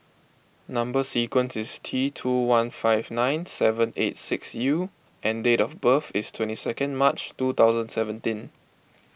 Number Sequence is T two one five nine seven eight six U and date of birth is twenty second March two thousand seventeen